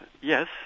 Yes